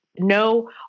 no